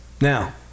Now